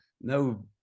no